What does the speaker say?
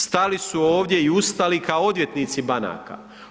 Stali su ovdje i ustali kao odvjetnici banaka.